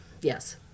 Yes